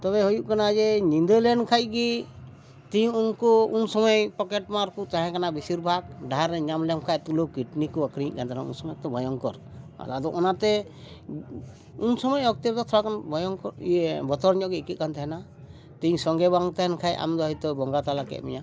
ᱛᱚᱵᱮ ᱦᱩᱭᱩᱜ ᱠᱟᱱᱟ ᱡᱮ ᱧᱤᱫᱟᱹ ᱞᱮᱱᱠᱷᱟᱱᱼᱜᱮ ᱛᱤᱭᱩᱜ ᱩᱱᱠᱩ ᱩᱱ ᱥᱚᱢᱚᱭ ᱯᱚᱠᱮᱴᱼᱢᱟᱨ ᱠᱚ ᱛᱟᱦᱮᱸ ᱠᱟᱱᱟ ᱵᱮᱥᱤᱨ ᱵᱷᱟᱜᱽ ᱰᱟᱦᱟᱨ ᱨᱮ ᱧᱟᱢ ᱞᱮᱱᱠᱷᱟᱱ ᱛᱩᱞᱟᱹᱣ ᱠᱤᱰᱱᱤᱠᱚ ᱟᱹᱠᱷᱨᱤᱧᱮᱫ ᱠᱟᱱ ᱛᱟᱦᱮᱱᱟ ᱩᱱ ᱥᱚᱢᱚᱭ ᱛᱚ ᱵᱷᱚᱭᱚᱝᱠᱚᱨ ᱟᱫᱚ ᱚᱱᱟᱛᱮ ᱩᱱ ᱥᱚᱢᱚᱭ ᱚᱠᱛᱮ ᱫᱚ ᱛᱷᱚᱲᱟ ᱜᱟᱱ ᱵᱷᱚᱭᱚᱝᱠᱚᱨ ᱤᱭᱟᱹ ᱵᱚᱛᱚᱨ ᱧᱚᱜ ᱜᱮ ᱟᱹᱭᱠᱟᱹᱜ ᱠᱟᱱ ᱛᱟᱦᱮᱱᱟ ᱛᱮᱦᱮᱧ ᱥᱚᱸᱜᱮ ᱵᱟᱝ ᱛᱟᱦᱮᱱ ᱠᱷᱟᱱ ᱟᱢᱫᱚ ᱦᱚᱭᱛᱳ ᱵᱚᱸᱜᱟ ᱛᱟᱞᱟ ᱠᱮᱫ ᱢᱮᱭᱟ